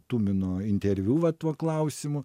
tumino interviu va tuo klausimu